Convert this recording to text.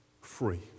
free